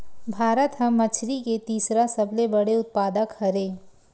भारत हा मछरी के तीसरा सबले बड़े उत्पादक हरे